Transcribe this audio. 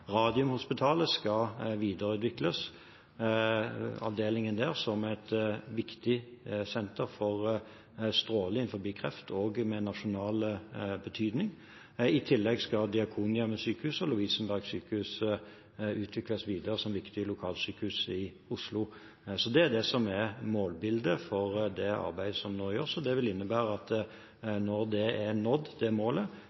Radiumhospitalet skal videreutvikles som et viktig senter for strålebehandling av kreft, og er også av nasjonal betydning. I tillegg skal Diakonhjemmet Sykehus og Lovisenberg Diakonale Sykehus utvikles videre som viktige lokalsykehus i Oslo. Det er det som er målbildet for det arbeidet som nå gjøres, og det vil innebære at